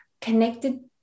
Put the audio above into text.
connected